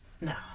No